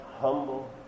humble